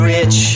rich